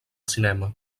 cinema